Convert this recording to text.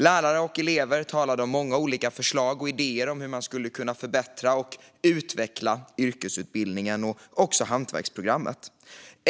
Lärare och elever talade om många olika förslag och idéer om hur man skulle kunna förbättra och utveckla yrkesutbildningen och hantverksprogrammet.